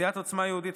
סיעת עוצמה יהודית,